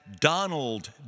Donald